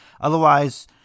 Otherwise